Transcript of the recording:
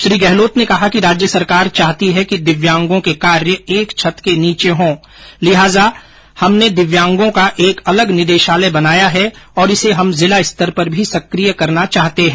उन्होंने कहा कि राज्य सरकार चाहती है कि दिव्यांगों के कार्य एक छत के नीचे हों लिहाजा हमने दिव्यांगों का एक अलग निदेशालय बनाया है और इसे हम जिला स्तर पर भी सक्रिय करना चाहते हैं